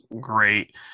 great